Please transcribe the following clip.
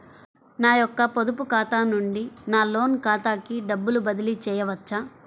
నా యొక్క పొదుపు ఖాతా నుండి నా లోన్ ఖాతాకి డబ్బులు బదిలీ చేయవచ్చా?